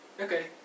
Okay